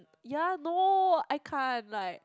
ya no I can't like